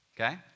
Okay